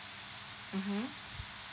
mmhmm